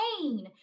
pain